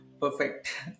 perfect